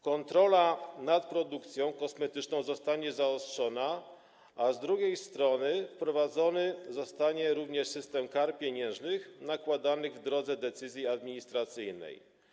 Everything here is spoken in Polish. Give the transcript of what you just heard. Kontrola nad produkcją kosmetyczną zostanie zaostrzona, a z drugiej strony wprowadzony zostanie również system kar pieniężnych nakładanych w drodze decyzji administracyjnej.